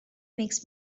makes